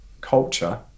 culture